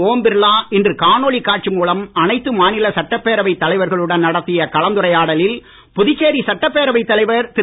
ஓம் பிர்லா இன்று காணொளி காட்சி மூலம் அனைத்து மாநில சட்டப்பேரவைத் தலைவர்களுடன் நடத்திய கலந்துரையாடலில் புதுச்சேரி சட்டப்பேரவைத் தலைவர் திரு